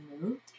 removed